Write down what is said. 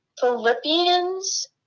Philippians